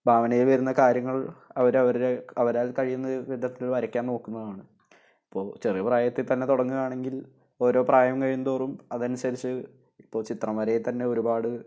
ഭാവനയിൽ വരുന്ന കാര്യങ്ങൾ അവർ അവർ അവരാൽ കഴിയുന്ന വിധത്തിൽ വരയ്ക്കാൻ നോക്കുന്നതാണ് ഇപ്പോൾ ചെറിയ പ്രായത്തിൽ തന്നെ തുടങ്ങുകയാണെങ്കിൽ ഓരോ പ്രായം കഴിയും തോറും അത് അനുസരിച്ച് ഇപ്പോൾ ചിത്രം വരയിൽ തന്നെ ഒരുപാട്